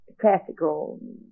classical